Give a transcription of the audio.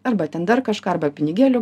arba ten dar kažką arba pinigėlių